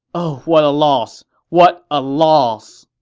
oh, what a loss! what a loss!